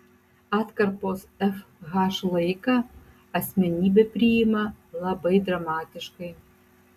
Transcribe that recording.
atkarpos fh laiką asmenybė priima labai dramatiškai